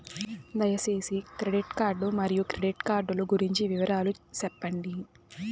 దయసేసి credit card మరియు credit card లు గురించి వివరాలు సెప్పండి?